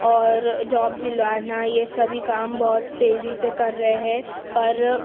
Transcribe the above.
اور جاب دلانا یہ سبھی کام بہت تیزی سے کر رہے ہے پر